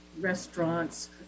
restaurants